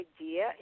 idea